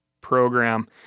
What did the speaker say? program